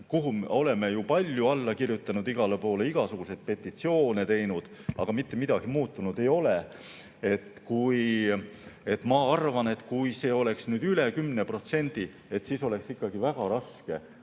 Me oleme ju palju alla kirjutanud igale poole, igasuguseid petitsioone teinud, aga mitte midagi muutunud ei ole. Ma arvan, et kui see oleks nüüd üle 10%, siis oleks ikkagi väga raske